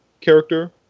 character